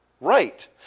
right